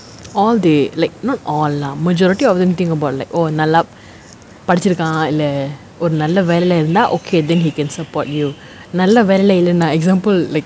all they like not all lah majority of them think about like oh நல்லா படிச்சிருக்கா இல்ல ஒரு நல்ல வேலைல இருந்தா:nallaa padichirukkaa illa oru nalla velaila irunthaa okay then he can support you நல்ல வேல இல்லனா:nalla vela illanaa example like